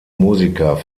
musiker